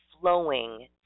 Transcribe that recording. flowing